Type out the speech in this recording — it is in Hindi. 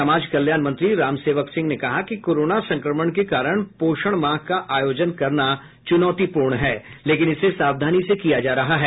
समाज कल्याण मंत्री रामसेवक सिंह ने कहा कि कोरोना संक्रमण के कारण पोषण माह का आयोजन करना च्रनौतीपूर्ण है लेकिन इसे सावधानी से किया जा रहा है